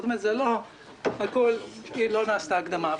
כלומר זה לא שכלל לא נעשתה הקדמה.